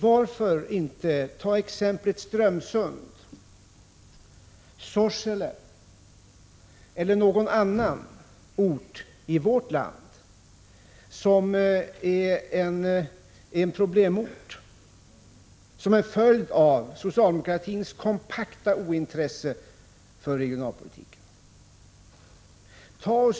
Varför inte ta exempel som Strömsund, Sorsele eller någon annan ort i vårt land som är en problemort som en följd av socialdemokratins kompakta ointresse för regionalpolitik?